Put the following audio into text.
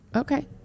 Okay